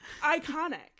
Iconic